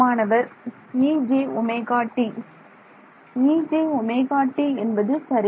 மாணவர் ejωt ejωt என்பது சரி